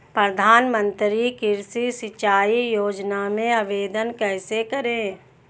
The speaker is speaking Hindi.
प्रधानमंत्री कृषि सिंचाई योजना में आवेदन कैसे करें?